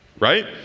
Right